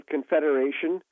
Confederation